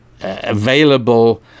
available